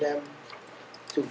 them to